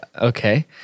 okay